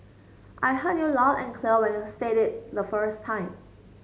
I heard you loud and clear when you said it the first time